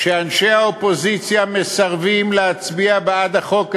שאנשי האופוזיציה מסרבים להצביע בעד החוק הזה,